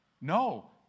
No